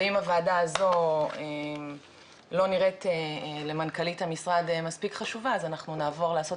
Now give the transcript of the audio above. ואם הוועדה הזו לא נראית למנכ"לית המשרד מספיק חשובה אז אנחנו נעבור לעשות